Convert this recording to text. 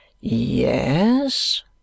Yes